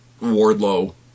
Wardlow